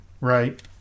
Right